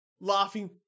laughing